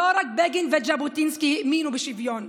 לא רק בגין וז'בוטינסקי האמינו בשוויון.